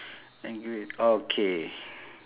and give it okay